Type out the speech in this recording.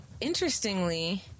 interestingly